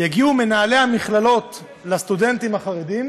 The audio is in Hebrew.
יגיעו מנהלי המכללות לסטודנטים החרדים